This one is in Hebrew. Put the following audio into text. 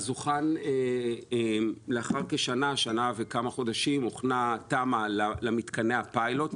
אז לאחר כשנה וכמה חודשים הוכנה תמ"א למתקני הפיילוט.